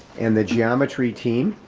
and the geometry team,